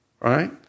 right